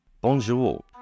Bonjour